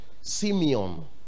simeon